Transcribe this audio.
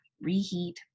reheat